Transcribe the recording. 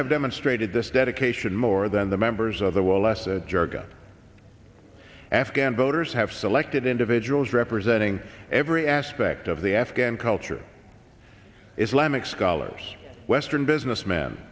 have demonstrated this dedication more than the members of the well less jarka afghan voters have selected individuals representing every aspect of the afghan culture islamic scholars western businessmen